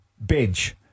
Bench